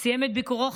סיים את ביקורו,